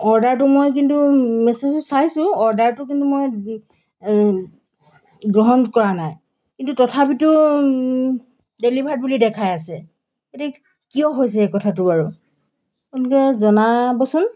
অৰ্ডাৰটো মই কিন্তু মেছেজো চাইছোঁ অৰ্ডাৰটো কিন্তু মই গ্ৰহণ কৰা নাই কিন্তু তথাপিতো ডেলিভাৰ্ড বুলি দেখাই আছে এতিয়া কিয় হৈছে এই কথাটো বাৰু আপোনালোকে জনাবচোন